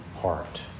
heart